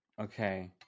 okay